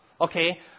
Okay